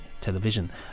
television